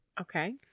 Okay